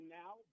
now